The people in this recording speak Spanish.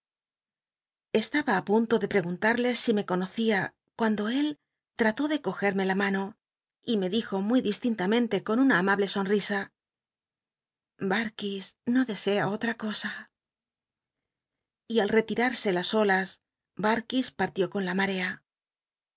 estaba á l lmlo de pregunlal'lc si me conocía cuando él tató de cogerme la mano y me elijo muy distintamente con una amable so nrisa onrkis no desea ola cosa al retirarse las olas uarkis partió con la marea